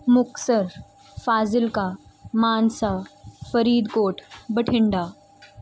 Muktsar Fazilka Mansa Faridkot Bathinda